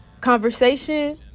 conversation